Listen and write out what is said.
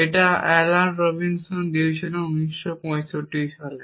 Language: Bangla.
এটা অ্যালান রবিনসন দিয়েছিলেন উনিশ পয়ষট্টি সালে